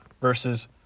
versus